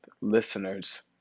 listeners